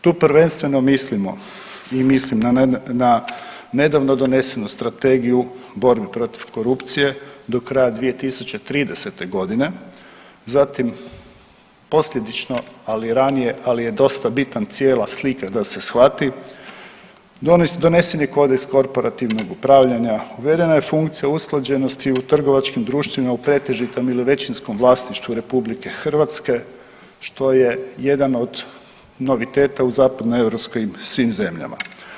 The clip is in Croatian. Tu prvenstveno mislimo i mislim na nedavno donesenu Strategiju borbe protiv korupcije do kraja 2030. godine, zatim posljedično ali ranije, ali je dosta bitan cijela slika da se shvati donesen kodeks korporativnog upravljanja, uvedena je funkcija usklađenosti u Trgovačkim društvima u pretežitom ili većinskom vlasništvu Republike Hrvatske što je jedan od noviteta u zapadno Europskoj i svim zemljama.